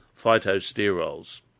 phytosterols